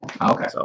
Okay